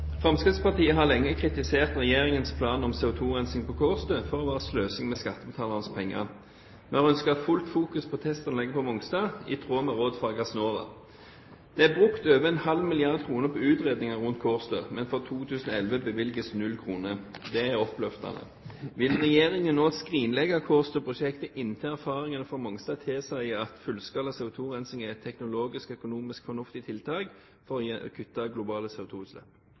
Gassnova. Det er brukt over en halv milliard kroner på utredninger rundt Kårstø, men for 2011 bevilges null kroner. Det er oppløftende. Vil regjeringen nå skrinlegge Kårstø-prosjektet inntil erfaringene fra Mongstad tilsier at fullskala CO2-rensing er et teknologisk og økonomisk fornuftig tiltak for å kutte globale